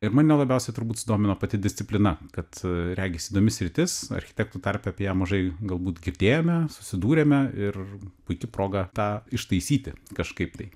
ir mane labiausiai turbūt sudomino pati disciplina kad regis įdomi sritis architektų tarpe apie ją mažai galbūt girdėjome susidūrėme ir puiki proga tą ištaisyti kažkaip tai